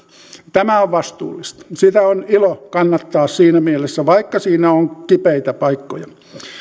tämä on vastuullista sitä on ilo kannattaa siinä mielessä vaikka siinä on kipeitä paikkoja